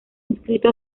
inscrito